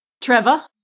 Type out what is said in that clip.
Trevor